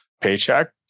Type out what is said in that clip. paycheck